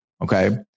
okay